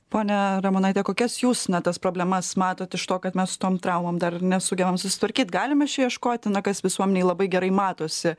pone ramonaite kokias jūs na tas problemas matot iš to kad mes su tom traumom dar nesugebam susitvarkyt galim išieškoti na kas visuomenėj labai gerai matosi